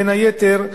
בין היתר,